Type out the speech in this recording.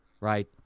Right